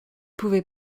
pouvez